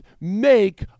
make